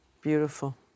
beautiful